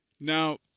Now